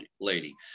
lady